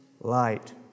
light